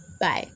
Bye